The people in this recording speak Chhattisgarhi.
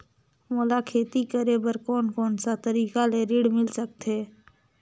मोला खेती करे बर कोन कोन सा तरीका ले ऋण मिल सकथे?